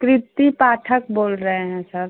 कृति पाठक बोल रहे हैं सर